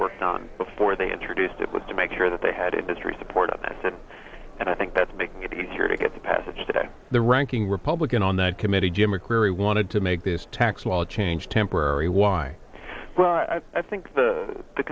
worked on before they introduced it was to make sure that they had industry support on this and and i think that's making it easier to get to passage today the ranking republican on that committee jim mccreary wanted to make this tax law change temporary why i think the the